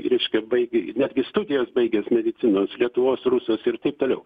reiškia baigė netgi studijas baigęs medicinos lietuvos rusas ir taip toliau